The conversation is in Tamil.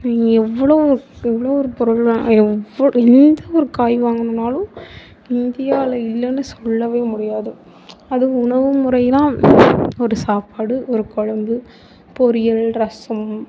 இங்கே எவ்வளோ எவ்வளோ ஒரு பொருளை எந்த ஒரு காய் வாங்கினாலும் இந்தியாவில் இல்லைன்னு சொல்லவே முடியாது அதுவும் உணவு முறையெலாம் ஒரு சாப்பாடு ஒரு குழம்பு பொரியல் ரசம்